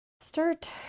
start